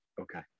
Okay